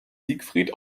siegfried